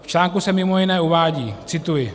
V článku se mimo jiné uvádí cituji: